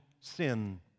sin